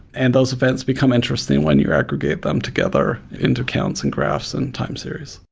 and those events become interesting when you aggregate them together into counts and graphs and time series.